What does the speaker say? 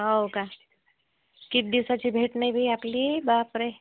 हो का कित दिवसाची भेट नाही बाई आपली बापरे